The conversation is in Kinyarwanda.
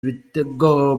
ibitego